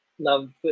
Love